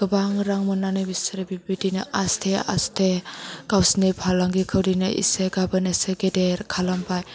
गोबां रां मोनानै बिसोरो बेबायदिनो आस्थे आस्थे गावसिनि फालांगिखौ दिनै एसे गाबोन एसे गेदेर खालामबाय